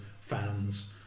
fans